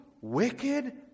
wicked